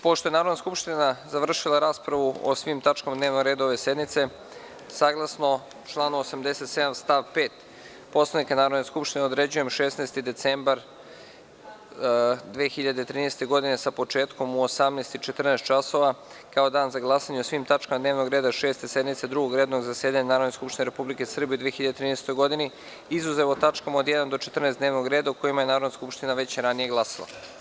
Pošto je Narodna skupština završila raspravu o svim tačkama dnevnog reda ove sednice, saglasno članu 87. stav 5. Poslovnika Narodne skupštine, određujem 16. decembar 2013. godine, sa početkom u 18,14 časova kao dan za glasanje o svim tačkama dnevnog reda Šeste sednice Drugog redovnog zasedanja Narodne skupštine Republike Srbije u 2013. godini, izuzev o tačkama od 1. do 14. dnevnog reda, o kojima je Narodna skupština već ranije glasala.